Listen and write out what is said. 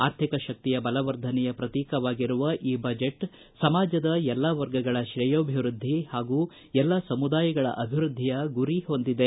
ಆರ್ಥಿಕ ಶಕ್ತಿಯ ಬಲವರ್ಧನೆಯ ಪ್ರತೀಕವಾಗಿರುವ ಈ ಬಜೆಟ್ ಸಮಾಜದ ಎಲ್ಲಾ ವರ್ಗಗಳ ಶ್ರೇಯೋಭಿವ್ದದ್ಲಿ ಹಾಗೂ ಎಲ್ಲಾ ಸಮುದಾಯಗಳ ಅಭಿವ್ಯದ್ದಿಯ ಗುರಿ ಹೊಂದಿದೆ